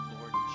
Lord